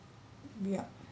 yup